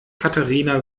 katharina